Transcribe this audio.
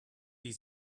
die